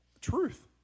truth